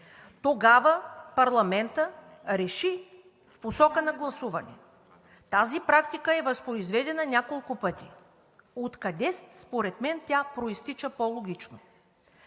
Тогава парламентът реши в посока на гласуване. Тази практика е възпроизведена няколко пъти. Откъде според мен тя произтича по логично?